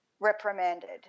reprimanded